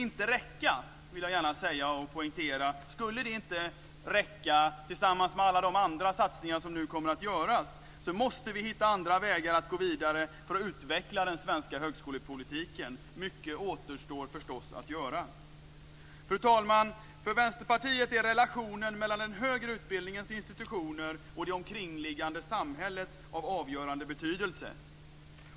Jag vill gärna poängtera att om det inte skulle räcka, tillsammans med de andra satsningar som nu kommer att göras, måste vi hitta andra vägar att gå vidare för att utveckla den svenska högskolepolitiken. Mycket återstår förstås att göra. Fru talman! För Vänsterpartiet är relationen mellan den högre utbildningens institutioner och det omkringliggande samhället av avgörande betydelse.